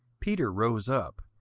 peter rose up,